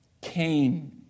Cain